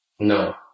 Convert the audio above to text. No